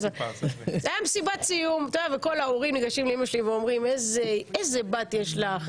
כל ההורים ניגשים לאימא שלי ואומרים איזה בת יש לך,